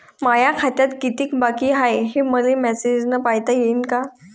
माया खात्यात कितीक बाकी हाय, हे मले मेसेजन पायता येईन का?